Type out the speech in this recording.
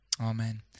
Amen